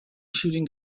shooting